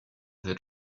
cette